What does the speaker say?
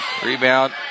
Rebound